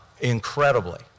incredibly